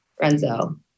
Renzo